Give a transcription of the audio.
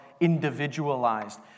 individualized